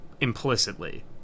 implicitly